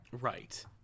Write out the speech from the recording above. Right